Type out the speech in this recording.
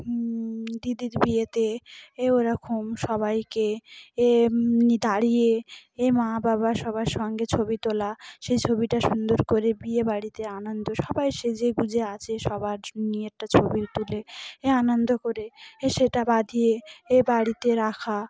দিদির বিয়েতে এ ওরকম সবাইকে এ দাঁড়িয়ে এ মা বাবা সবার সঙ্গে ছবি তোলা সেই ছবিটা সুন্দর করে বিয়ে বাড়িতে আনন্দ সবাই সেজে গুজে আছে সবার নিয়ে একটা ছবি তুলে এ আনন্দ করে এ সেটা বাঁধিয়ে এ বাড়িতে রাখা